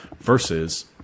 versus